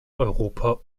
europa